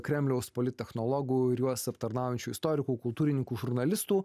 kremliaus polittechnologų ir juos aptarnaujančių istorikų kultūrininkų žurnalistų